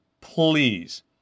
Please